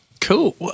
Cool